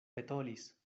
petolis